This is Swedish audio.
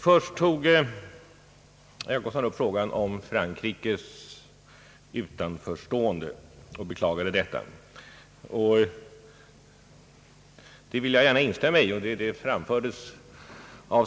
Först tog herr Jacobsson upp frågan om Frankrikes utanförstående och beklagade detta. Jag vill gärna instämma i detta beklagande.